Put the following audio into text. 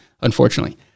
unfortunately